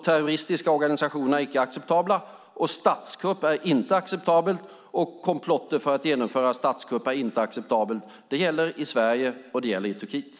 Terroristiska organisationer är icke acceptabla. Statskupp är inte acceptabelt och komplotter för att genomföra statskupp är inte acceptabla. Det gäller i Sverige och det gäller i Turkiet.